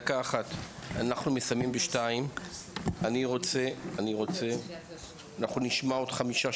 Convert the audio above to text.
אנחנו נשמע עוד חמישה,